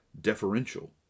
deferential